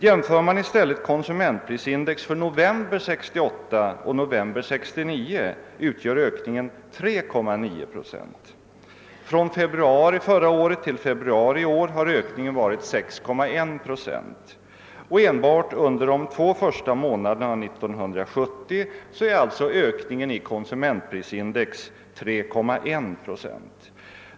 Jämför man i stället konsumentprisindex för november 1968 med samma index för november 1969, visar det sig att ökningen utgör 3,9 procent. Från februari förra året till februari i år har ökningen varit 6,1 procent, och enbart under de två första månaderna av 1970 är ökningen av konsumentprisindex 3,1 procent.